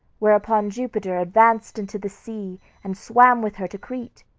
whereupon jupiter advanced into the sea and swam with her to crete.